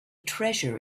treasure